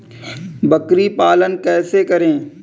बकरी पालन कैसे करें?